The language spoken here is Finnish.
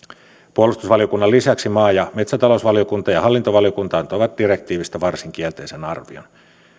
puolustusvaliokunnan lisäksi maa ja metsätalousvaliokunta ja ja hallintovaliokunta antoivat direktiivistä varsin kielteisen arvion